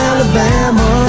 Alabama